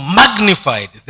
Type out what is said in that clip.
magnified